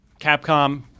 Capcom